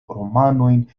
romanojn